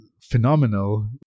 phenomenal